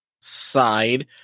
side